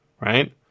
right